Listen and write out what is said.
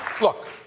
Look